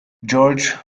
george